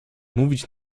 mówić